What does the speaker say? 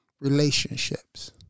Relationships